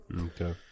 Okay